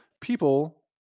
people